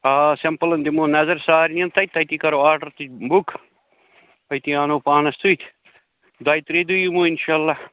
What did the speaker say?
آ سیمپٔلن دِمَو نَظر سارنٕے یَن تَتہِ تٔتی کَرو آرڈر تہِ بُک أتی اَنو پانَس سۭتۍ دۅیہِ ترٛیٚیہِ دۄہ یِمَو اِنشاللہ